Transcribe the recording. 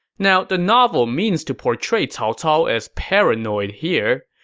now, the novel means to portray cao cao as paranoid here,